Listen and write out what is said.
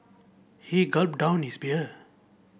he gulped down his beer